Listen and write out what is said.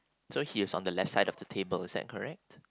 so he is on the left side of the table is that correct